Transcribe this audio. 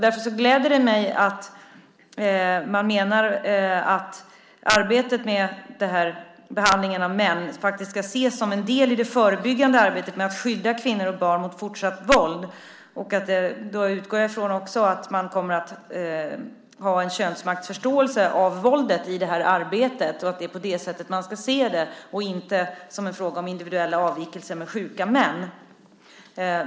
Därför gläder det mig att man menar att arbetet med behandlingen av män ska ses som en del av det förebyggande arbetet med att skydda kvinnor och barn mot fortsatt våld. Jag utgår då också från att man kommer att ha en könsmaktsförståelse av våldet och att man i arbetet ser det på det sättet, inte som en fråga om individuella avvikelser med sjuka män.